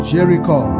Jericho